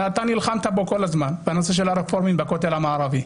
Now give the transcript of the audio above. אתה נלחמת בו כל הזמן בנושא של הרפורמים בכותל המערבי.